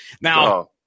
Now